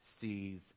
sees